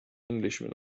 englishman